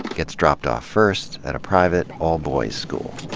gets dropped off first, at a private, all boys' school.